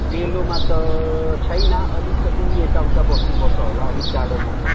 डेलोमा त छैन अलिकति यता उता बस्नु पर्छ होला अलिक टाढोमा छ